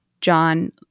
John